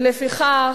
ולפיכך,